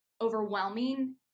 overwhelming